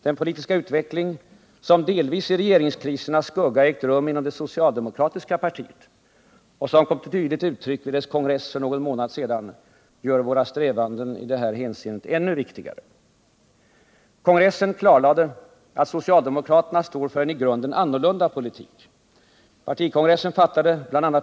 Den politiska utveckling som — delvis i regeringskrisernas skugga — ägt rum inom det socialdemokratiska partiet och som kom till tydligt uttryck vid dess kongress för någon månad sedan gör våra strävanden i det här hänseendet ännu viktigare. Kongressen klarlade att socialdemokraterna står för en i grunden annorlunda politik. Partikongressen fattadet.ex.